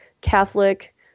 Catholic